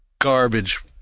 garbage